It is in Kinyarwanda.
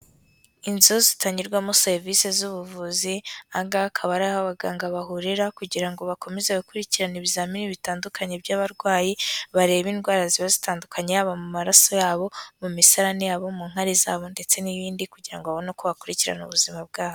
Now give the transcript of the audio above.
Inzu zitangirwamo serivise z'ubuvuzi, aha ngaha akaba ari aho abaganga bahurira kugira ngo bakomeze gukurikirana ibizamini bitandukanye by'abarwayi, bareba indwara ziba zitandukanye, yaba mu maraso yabo, mu misarane yabo, mu nkari zabo ndetse n'ibindi kugira ngo abone uko bakurikirana ubuzima bwabo.